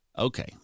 Okay